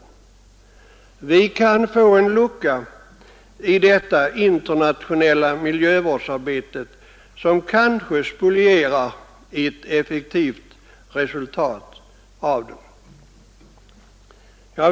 Och då kan vi få en lucka i det internationella miljövårdsarbetet, som kanske spolierar ett effektivt resultat av konferensen.